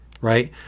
right